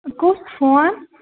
کُس فون